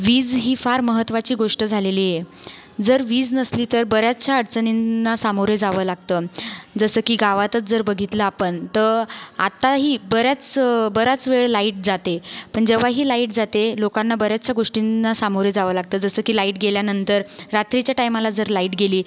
वीज ही फार महत्त्वाची गोष्ट झालेली आहे जर वीज नसली तर बऱ्याचशा अडचणींना सामोरे जावं लागतं जसं की गावातच जर बघितलं आपण तर आत्ताही बऱ्याच बराच वेळ लाइट जाते पण जेव्हा ही लाइट जाते लोकांना बऱ्याचशा गोष्टींना सामोरं जावं लागतं जसं की लाइट गेल्यानंतर रात्रीच्या टायमाला जर लाइट गेली